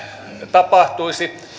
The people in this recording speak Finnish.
tapahtuisi